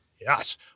Yes